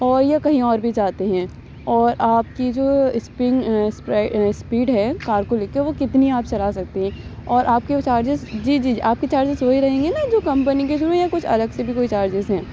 اور یا کہیں اور بھی جاتے ہیں اور آپ کی جو اسپیڈ ہے کار کو لے کے وہ کتنی آپ چلا سکتے ہیں اور آپ کے وہ چارجز جی جی آپ کے چارجز وہی رہیں گے نا جو کمپنی کے تھرو یا کچھ الگ سے بھی کوئی چارجز ہیں